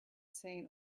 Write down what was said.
seen